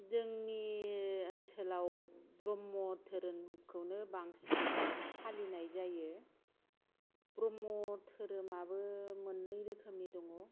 जोंनि ओनसोलाव ब्रह्म धोरोमखौनो बांसिन फालिनाय जायो ब्रह्म धोरोमाबो मोननै रोखोमनि दङ